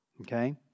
okay